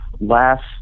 last